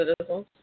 citizens